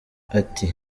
ati